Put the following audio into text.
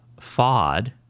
FOD